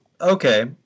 okay